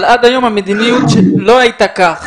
אבל עד היום המדיניות לא הייתה כזאת.